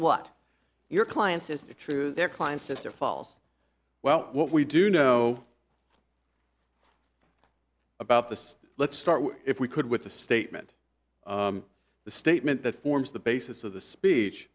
what your client's is the true their client sister false well what we do know about the let's start if we could with the statement the statement that forms the basis of the speech